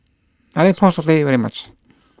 I like Pork Satay very much